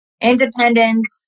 independence